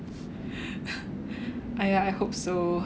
!aiya! I hope so